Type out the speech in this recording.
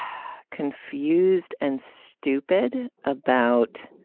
confused and stupid about